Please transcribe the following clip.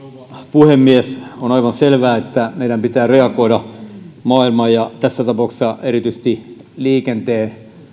puhemies on aivan selvää että meidän pitää reagoida maailman ja tässä tapauksessa erityisesti liikenteen